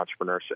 entrepreneurship